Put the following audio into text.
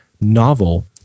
novel